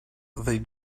they